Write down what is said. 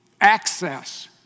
access